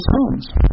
homes